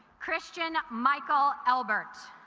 christian michael albert